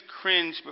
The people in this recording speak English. cringe